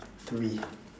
three